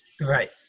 Right